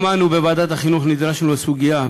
גם אנחנו בוועדת החינוך נדרשנו לסוגיה,